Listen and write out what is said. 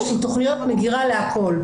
יש לי תכניות מגירה להכל.